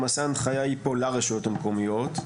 למעשה ההנחיה היא פה לרשויות המקומיות.